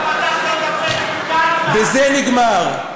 רק פתחת את הפה, וזה נגמר.